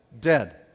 Dead